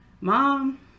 Mom